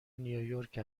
نیویورک